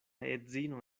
edzino